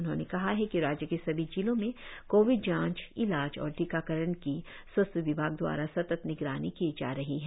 उन्होंने कहा है कि राज्य के सभी जिलों में कोविड जांच इलाज और टीकाकरण की स्वास्थ विभाग द्वारा सतत निगरानी की जा रही है